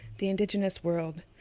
the indigenous world,